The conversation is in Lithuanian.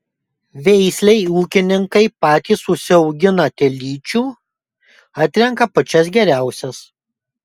veislei ūkininkai patys užsiaugina telyčių atrenka pačias geriausias